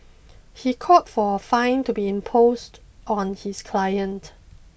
he called for a fine to be imposed on his client